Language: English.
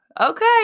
Okay